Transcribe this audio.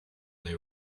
they